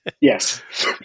Yes